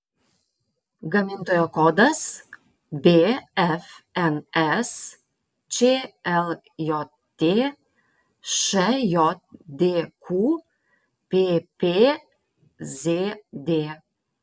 gamintojo kodas bfns čljt šjdq ppzd